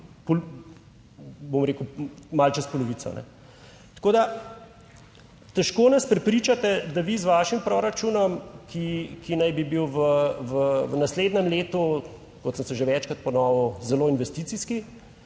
bom rekel, malo čez polovico. Tako nas težko prepričate, da vi z vašim proračunom, ki naj bi bil v naslednjem letu, kot sem že večkrat ponovil, zelo investicijski,